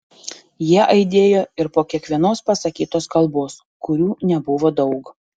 jie aidėjo ir po kiekvienos pasakytos kalbos kurių nebuvo daug